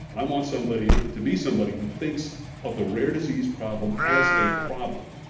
i want somebody it to be somebody who thinks of the rare disease problem as a problem,